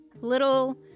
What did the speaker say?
little